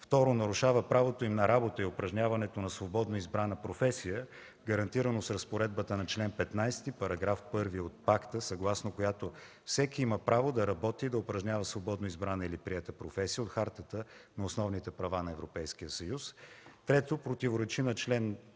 второ, нарушава правото им на работа и упражняването на свободно избрана професия, гарантирано с разпоредбата на чл. 15, § 1 от Пакта, съгласно която всеки има право да работи и да упражнява свободно избрана или приета професия от Хартата на основните права на Европейския съюз;